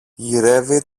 γυρεύει